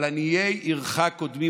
אבל עניי עירך קודמים.